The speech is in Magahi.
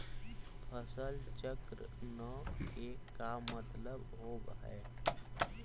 फसल चक्र न के का मतलब होब है?